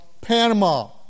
Panama